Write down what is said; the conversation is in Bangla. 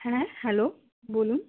হ্যাঁ হ্যালো বলুন